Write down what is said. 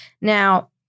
Now